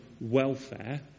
welfare